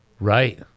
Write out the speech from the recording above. Right